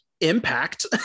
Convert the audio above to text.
impact